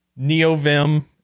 NeoVim